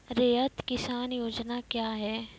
रैयत किसान योजना क्या हैं?